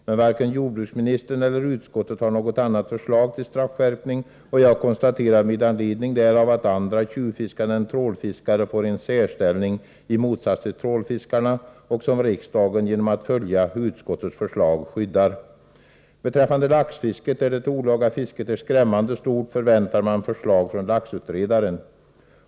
Men varken jordbruksministern eller utskottet har något annat förslag till straffskärpning, och jag konstaterar med anledning därav att andra tjuvfiskare än trålfiskare får en särställning i förhållande till trålfiskare och att riksdagen genom att följa utskottsmajoriteten skyddar de andra tjuvfiskarna. Beträffande laxfisket, där det olaga fisket är skrämmande stort, förväntar man förslag från laxutredaren.